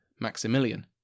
Maximilian